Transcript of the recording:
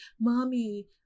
mommy